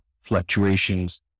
fluctuations